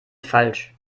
falsch